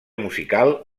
musical